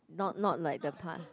not not like the card